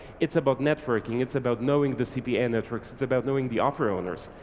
it's about networking, it's about knowing the cpa networks, it's about knowing the offer owners.